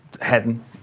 heading